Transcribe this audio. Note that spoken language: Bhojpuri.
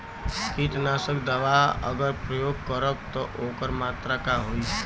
कीटनाशक दवा अगर प्रयोग करब त ओकर मात्रा का होई?